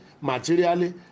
materially